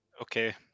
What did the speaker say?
Okay